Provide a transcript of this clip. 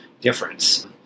difference